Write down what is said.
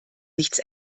nichts